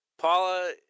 Paula